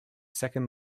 second